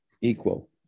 equal